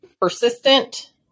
persistent